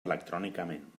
electrònicament